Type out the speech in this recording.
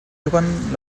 juguen